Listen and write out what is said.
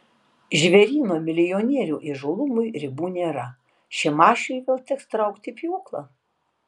žvėryno milijonierių įžūlumui ribų nėra šimašiui vėl teks traukti pjūklą